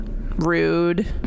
rude